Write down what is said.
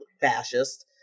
fascist